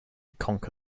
conquer